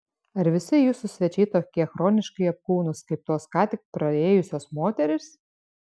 ar visi jūsų svečiai tokie chroniškai apkūnūs kaip tos ką tik praėjusios moterys